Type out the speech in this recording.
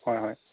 হয় হয়